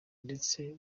ndetse